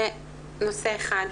זה נושא אחד.